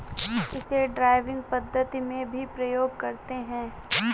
इसे ड्राइविंग पद्धति में भी प्रयोग करते हैं